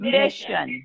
mission